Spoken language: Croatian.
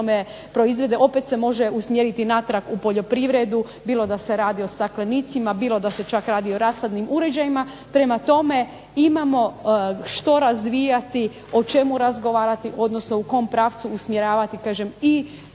proizvede opet se može usmjeriti natrag u poljoprivredu bilo da se radi o staklenicima, bilo da se radi o rashladnim uređajima. Prema tome, imamo što razvijati o čemu razgovarati odnosno u kom pravcu usmjeravati i